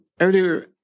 earlier